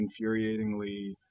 infuriatingly